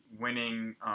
winning